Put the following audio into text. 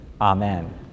Amen